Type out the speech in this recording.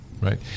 right